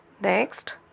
Next